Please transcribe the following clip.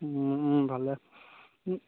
মোৰ ভালেই